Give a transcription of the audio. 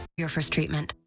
your first treatment.